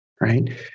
Right